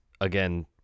again